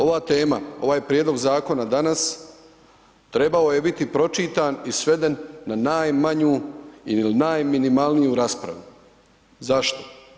Ova tema, ovaj prijedlog zakona danas treba o je biti pročitan i sveden na najmanju ili najminimalniju raspravu. zašto?